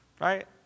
Right